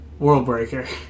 Worldbreaker